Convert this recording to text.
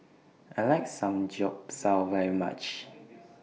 I like Samgyeopsal very much